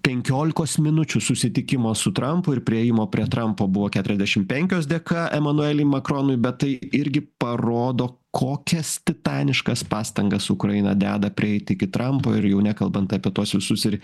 penkiolikos minučių susitikimo su trampu ir priėjimo prie trampo buvo keturiasdešim penkios dėka emanueliui makronui bet tai irgi parodo kokias titaniškas pastangas ukraina deda prieit iki trampo ir jau nekalbant apie tuos visus ir